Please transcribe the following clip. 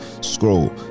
scroll